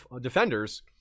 Defenders